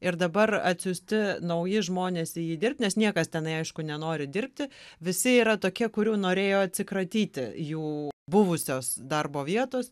ir dabar atsiųsti nauji žmonės į jį dirbt nes niekas tenai aišku nenori dirbti visi yra tokie kurių norėjo atsikratyti jų buvusios darbo vietos